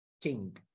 king